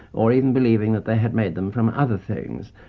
or even believing that they had made them from other things,